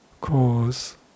cause